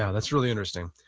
ah that's really interesting.